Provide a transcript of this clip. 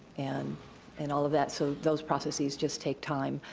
and and all of that, so those processes just take time.